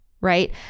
Right